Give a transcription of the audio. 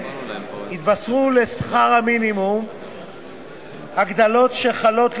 יתווספו לשכר המינימום הגדלות שחלות,